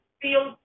feel